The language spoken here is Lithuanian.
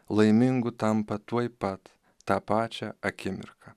laimingu tampa tuoj pat tą pačią akimirką